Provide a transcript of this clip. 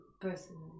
personally